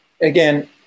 again